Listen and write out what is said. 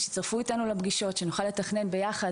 שיצטרפו לפגישות שלנו ושנוכל לתכנן ביחד.